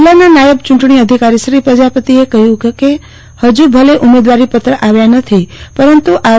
જીલ્લાના નાયબ ચુંટણી અધિકારી શ્રી પ્રજપતિ એ જણાવ્યું કે ભલે ઉમેદવારી પત્ર આવ્યા નથી પરંતુ આર